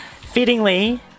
Fittingly